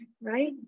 right